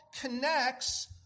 Connects